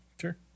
Sure